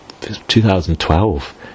2012